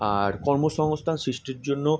আর কর্মসংস্থান সৃষ্টির জন্য